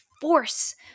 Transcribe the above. force